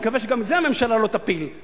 אני מקווה שהממשלה לא תפיל גם את זה,